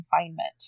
confinement